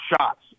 shots